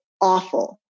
awful